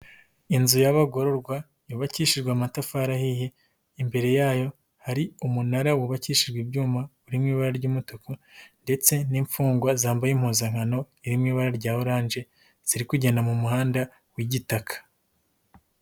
Inzu y'abagororwa yubakishijwe amatafari ahiye, imbere yayo hari umunara wubakishijwe ibyuma, uri mu ibara ry'umutuku ndetse n'imfungwa zambaye impuzankano irimo ibara rya orange, ziri kugenda mu muhanda w'igitaka.